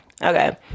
Okay